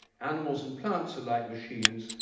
animals and plants are like machines,